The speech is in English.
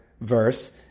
verse